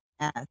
yes